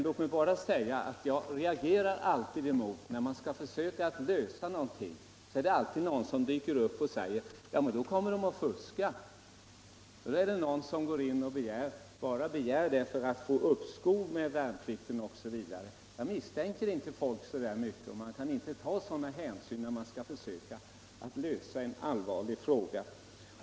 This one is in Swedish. Låt mig bara säga att jag alltid reagerar mot att det, när man skall försöka att lösa ett problem, alltid är någon som dyker upp och säger att vederbörande kommer att fuska, att han bara kommer med en sådan begäran för att få uppskov med värnplikten osv. Jag misstänker inte folk så där mycket, och man kan inte ta sådana hänsyn när man skall försöka att lösa en allvarlig fråga.